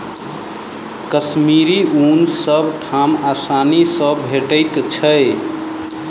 कश्मीरी ऊन सब ठाम आसानी सँ भेटैत छै